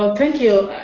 thank you.